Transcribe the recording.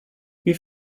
wie